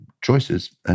choices